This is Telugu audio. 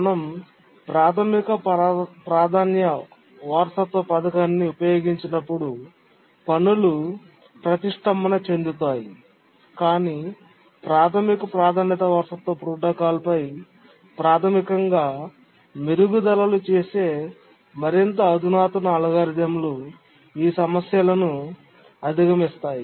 మనం ప్రాథమిక ప్రాధాన్యత వారసత్వ పథకాన్ని ఉపయోగించినప్పుడు పనులు ప్రతిష్ఠంభన చెందుతాయి కాని ప్రాథమిక ప్రాధాన్యత వారసత్వ ప్రోటోకాల్పై ప్రాథమికంగా మెరుగుదలలు చేసే మరింత అధునాతన అల్గోరిథంలు ఈ సమస్యలను అధిగమించాయి